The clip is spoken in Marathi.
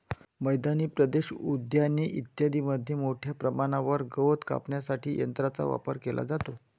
मैदानी प्रदेश, उद्याने इत्यादींमध्ये मोठ्या प्रमाणावर गवत कापण्यासाठी यंत्रांचा वापर केला जातो